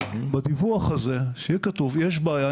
בדיווח הזה שיהיה כתוב: יש בעיה,